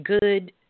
good